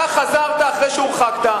אתה חזרת אחרי שהורחקת.